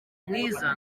mwiza